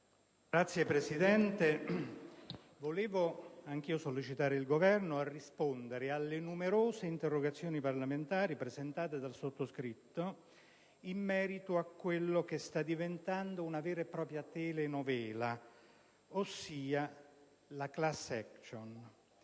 Signor Presidente, anch'io vorrei sollecitare il Governo a rispondere alle numerose interrogazioni parlamentari presentate dal sottoscritto in merito a quella che sta diventando una vera e propria telenovela, ossia la vicenda